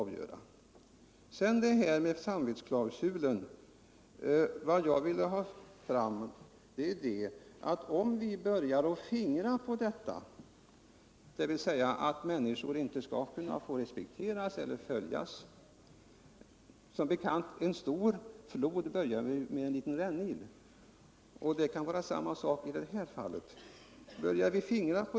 Beträffande samvetsklausulen ville jag ha sagt, att om vi börjar fingra på detta och inte låter människor följa sina samveten, kan även i det här fallet en rännil till sist bli en stor flod.